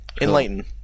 Enlighten